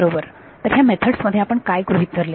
बरोबर तर ह्या मेथडस मध्ये आपण काय गृहीत धरले